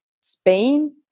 Spain